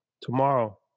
tomorrow